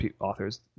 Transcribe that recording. authors